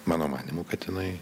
mano manymu kad jiani